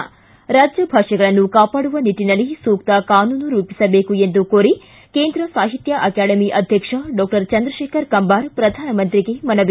ಿಗ ರಾಜ್ಯ ಭಾಷೆಗಳನ್ನು ಕಾಪಾಡುವ ನಿಟ್ಲಿನಲ್ಲಿ ಸೂಕ್ತ ಕಾನೂನು ರೂಪಿಸಬೇಕು ಎಂದು ಕೋರಿ ಕೇಂದ್ರ ಸಾಹಿತ್ಯ ಅಕಾಡೆಮಿ ಅಧ್ಯಕ್ಷ ಡಾಕ್ಟರ್ ಚಂದ್ರಶೇಖರ ಕಂಬಾರ ಪ್ರಧಾನಮಂತ್ರಿಗೆ ಮನವಿ